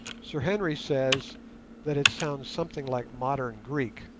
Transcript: sir henry says that it sounds something like modern greek,